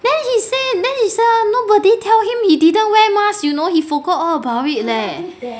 then he say then he say nobody tell him he didn't wear mask you know he forgot all about it leh